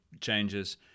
changes